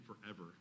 forever